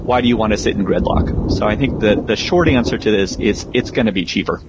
why do you want to sit in gridlock? so i think that the short answer to this is it's going to be cheaper